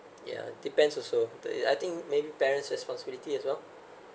yeah depends also but it's I think maybe parents' responsibility as well